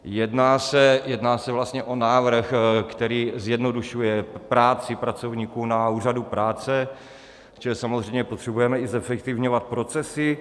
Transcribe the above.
Jedná se vlastně o návrh, který zjednodušuje práci pracovníků na úřadu práce, protože samozřejmě potřebujeme i zefektivňovat procesy.